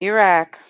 Iraq